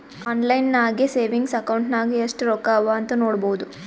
online ನಾಗೆ savings account ನಾಗ್ ಎಸ್ಟ್ ರೊಕ್ಕಾ ಅವಾ ಅಂತ್ ನೋಡ್ಬೋದು